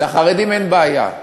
לחרדים אין בעיה.